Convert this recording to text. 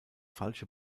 falsche